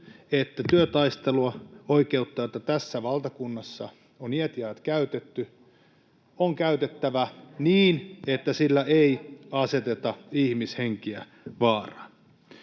että työtaisteluoikeutta, jota tässä valtakunnassa on iät ja ajat käytetty, on käytettävä niin, että sillä ei aseteta ihmishenkiä vaaraan.